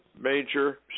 major